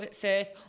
first